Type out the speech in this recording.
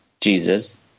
Jesus